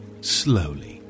slowly